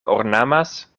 ornamas